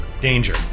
Danger